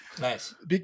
nice